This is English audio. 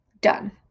Done